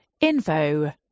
Info